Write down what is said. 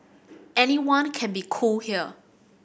anyone can be cool here